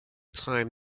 time